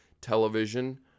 television